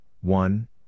one